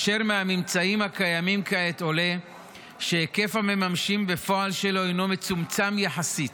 ומהממצאים הקיימים כעת עולה שהיקף המממשים בפועל שלו הינו מצומצם יחסית.